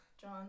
John